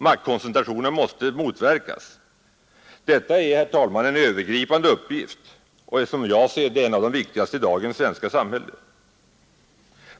Maktkoncentrationen måste motverkas. Detta är, herr talman, en övergripande uppgift och som jag ser den en av de viktigaste i dagens svenska samhälle.